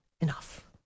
enough